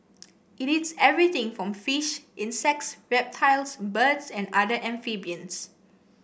it eats everything from fish insects reptiles birds and other amphibians